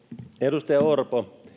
edustaja orpo